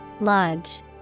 Lodge